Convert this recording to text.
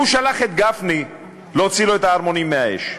הוא שלח את גפני להוציא לו את הערמונים מהאש.